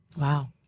Wow